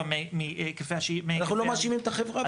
מהיקפי --- אנחנו לא מאשימים את החברה.